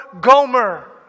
Gomer